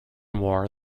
war